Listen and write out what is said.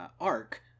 arc